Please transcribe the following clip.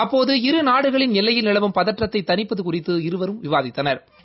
அப்போது இரு நாடுகளின் எல்லையில் நிலவும் பதற்றத்தை தணிப்பது குறித்து இருவரும் விவாதித்தனா்